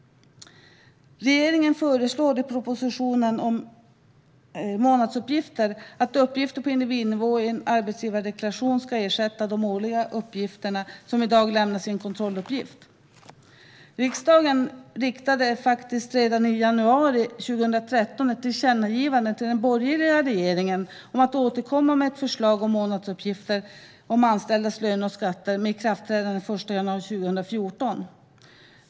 Regeringen föreslår i propositionen om månadsuppgifter att uppgifter på individnivå i en arbetsgivardeklaration ska ersätta de årliga uppgifter som i dag lämnas i en kontrolluppgift. Riksdagen riktade faktiskt redan i januari 2013 ett tillkännagivande till den borgerliga regeringen om att man skulle återkomma med ett förslag om månadsuppgifter om anställdas löner och skatter med ikraftträdande den 1 januari 2014.